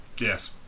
Yes